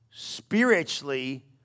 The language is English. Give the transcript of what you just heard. spiritually